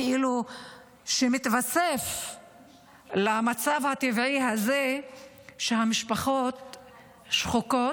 כאילו שמתווסף למצב הטבעי הזה שהמשפחות שחוקות,